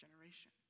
generation